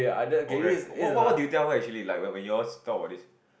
okay what what what did you tell her actually like when when you all talk about this